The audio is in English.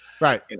Right